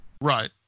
Right